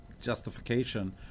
justification